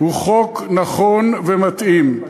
הוא חוק נכון ומתאים.